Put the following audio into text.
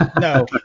no